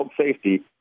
safety